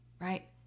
right